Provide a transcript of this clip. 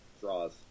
draws